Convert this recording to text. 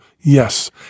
yes